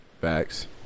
facts